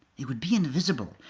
it would be invisible.